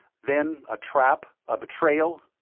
then, a trap, a betrayal?